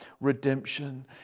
redemption